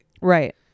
right